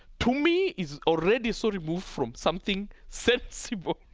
to me is already so removed from something sensible